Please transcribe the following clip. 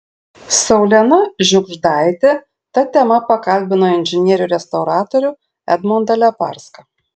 saulena žiugždaitė ta tema pakalbino inžinierių restauratorių edmundą leparską